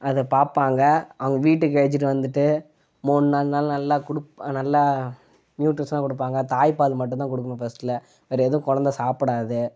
அதப் பார்ப்பாங்க அவங்க வீட்டுக்கு அழைச்சிட்டு வந்துட்டு மூணு நாள் நாளு நாள் நல்லா குழுப் நல்லா நியூட்ரிஸாக கொடுப்பாங்க தாய்ப்பால் மட்டுந்தான் கொடுப்பாங்க ஃபர்ஸ்ட்டில் வேற எதுவும் குழந்த சாப்புடாது